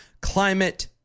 Climate